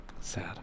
sad